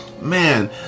Man